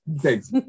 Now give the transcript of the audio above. Thanks